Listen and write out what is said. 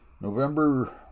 November